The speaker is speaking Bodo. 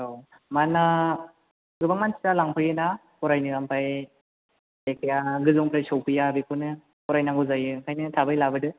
औ मानोना गोबां मानसिया लांफैयोना फरायनो ओमफ्राय जायखिजाया लोगोनिफ्राय सफैया बेखौनो फरायनांगौ जायो ओंखायनो थाबैनो लाबोदो